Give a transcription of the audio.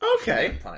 Okay